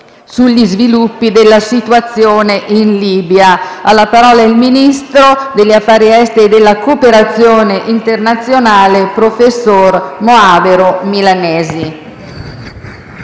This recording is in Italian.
sugli sviluppi della situazione in Libia». Ha facoltà di parlare il ministro degli affari esteri e della cooperazione internazionale, professor Moavero Milanesi.